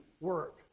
work